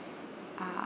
uh